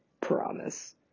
Promise